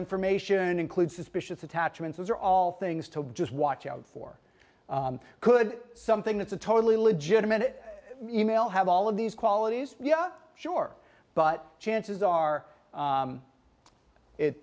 information includes suspicious attachments as are all things to just watch out for could something that's a totally legitimate email have all of these qualities yeah sure but chances are